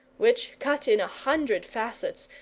which, cut in a hundred facets,